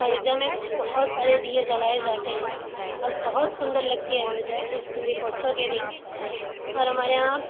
अयोध्या में बहुत सारे दिए जलाए जाते हैं और बहुत सुन्दर लगती है अयोध्या जिस दीपोत्सव के दिन और हमारे यहाँ